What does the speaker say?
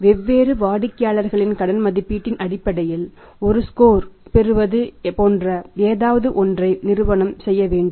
வெவ்வேறு வாடிக்கையாளர்களின் கடன் மதிப்பீட்டின் அடிப்படையில் ஒரு ஸ்கோர் பெறுவது போன்ற ஏதாவது ஒன்றை நிறுவனம் செய்ய வேண்டும்